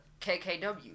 KKW